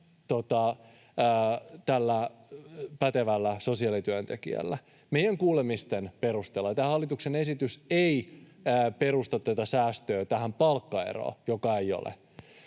kuin pätevällä sosiaalityöntekijällä. Meidän kuulemisten perusteella tämä hallituksen esitys ei perusta säästöä tähän palkkaeroon. Toivoisinkin,